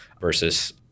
versus